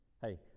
Hey